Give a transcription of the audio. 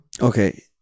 okay